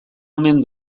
omen